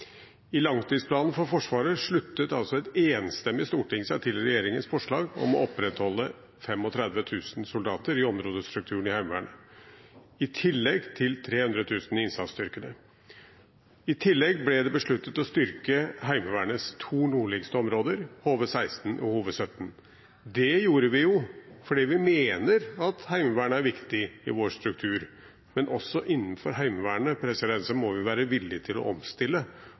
I langtidsplanen for Forsvaret sluttet altså et enstemmig storting seg til regjeringens forslag om å opprettholde 35 000 soldater i områdestrukturen i Heimevernet, i tillegg til 3 000 i innsatsstyrkene. I tillegg ble det besluttet å styrke Heimevernets to nordligste områder, HV-16 og HV-17. Det gjorde vi fordi vi jo mener at Heimevernet er viktig i vår struktur, men også innenfor Heimevernet må vi være villige til å omstille